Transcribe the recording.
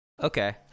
Okay